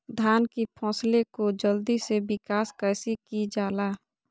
धान की फसलें को जल्दी से विकास कैसी कि जाला?